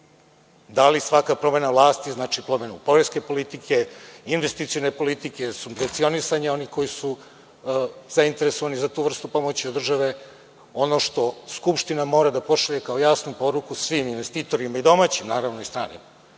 Da li svaka promena vlasti znači promenu poreske politike, investicione politike, subvencionisanja onih koji su zainteresovani za tu vrstu pomoći od države. Ono što Skupština mora da pošalje kao jasnu poruku svim investitorima i domaćim naravno, i stranim,